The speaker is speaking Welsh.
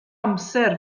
amser